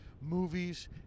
movies